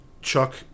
Chuck –